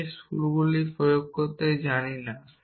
আমি এই স্কুলগুলি প্রয়োগ করতে জানি না